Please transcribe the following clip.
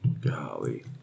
golly